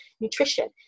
nutrition